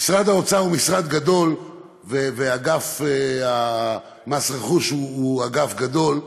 משרד האוצר הוא משרד גדול ואגף מס רכוש הוא אגף גדול,